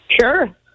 Sure